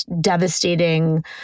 devastating